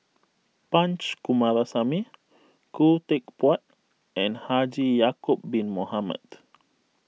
Punch Coomaraswamy Khoo Teck Puat and Haji Ya'Acob Bin Mohamed